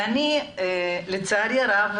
ואני לצערי הרב,